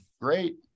great